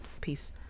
Peace